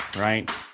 right